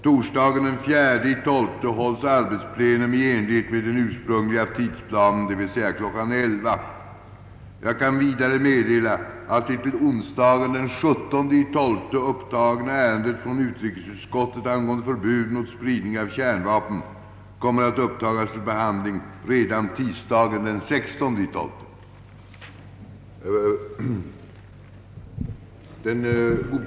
Torsdagen den 4 december hålles arbetsplenum i enlighet med den ursprungliga tidsplanen, d.v.s. kl. 11.00. Jag kan vidare meddela att det till onsdagen den 17 december upptagna ärendet från utrikesutskottet angående förbud mot spridning av kärnvapen kommer att upptagas till behandling redan tisdagen den 16 december.